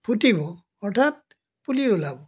ফুটিব অৰ্থাৎ পুলি ওলাব